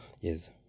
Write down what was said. Yes